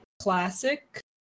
classic